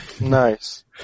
Nice